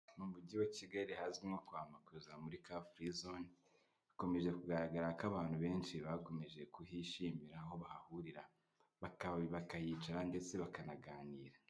Mu mujyi wa kigali ahazwi nko kwa makuza muri ka free zone hakomeje kugaragara ko abantu benshi bakomeje kuhishimira aho bahahurira bakahicara ndetse bakanaganira.